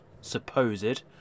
supposed